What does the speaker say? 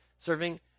serving